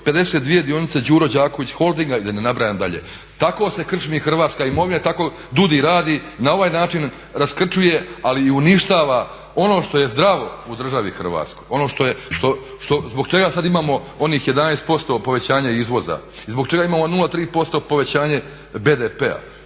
352 dionice Đuro Đaković holdinga i da ne nabrajam dalje. Tako se krčmi hrvatska imovina i tako DUUDI radi, na ovaj način raskrčmuje ali i uništava ono što je zdravo u državi Hrvatskoj, ono zbog čega sad imamo onih 11% povećanje izvoza i zbog čega imamo 0,3% povećanje BDP-a.